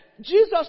Jesus